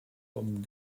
pom